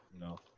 No